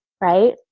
right